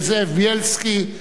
זאב בילסקי,